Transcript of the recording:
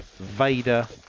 vader